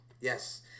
Yes